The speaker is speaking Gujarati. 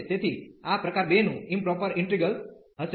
તેથી આ પ્રકાર 2 નું ઈમપ્રોપર ઈન્ટિગ્રલ હશે